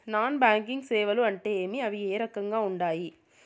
non banking సేవలు అంటే ఏమి అవి ఏ రకంగా ఉండాయి